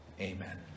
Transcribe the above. Amen